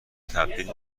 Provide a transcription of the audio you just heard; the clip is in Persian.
تبدیل